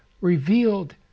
revealed